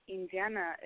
Indiana